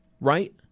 right